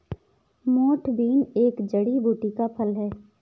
मोठ बीन एक जड़ी बूटी का फल है